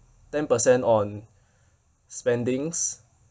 ten percent on spendings